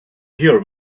hear